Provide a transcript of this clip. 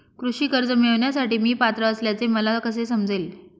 कृषी कर्ज मिळविण्यासाठी मी पात्र असल्याचे मला कसे समजेल?